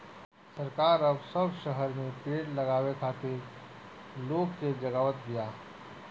सरकार अब सब शहर में पेड़ लगावे खातिर लोग के जगावत बिया